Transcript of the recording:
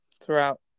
throughout